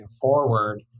forward